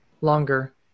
Longer